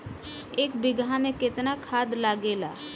एक बिगहा में केतना खाद लागेला?